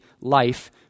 life